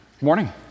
morning